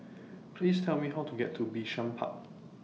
Please Tell Me How to get to Bishan Park